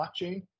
blockchain